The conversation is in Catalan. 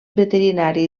veterinari